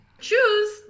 choose